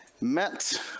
met